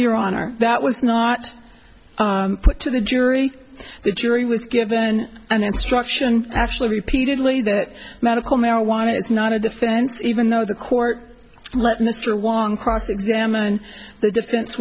your honor that was not put to the jury the jury was given an instruction actually repeatedly that medical marijuana is not a defense even though the court let mr wong cross examined the defense